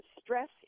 stress